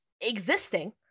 existing